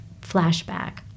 flashback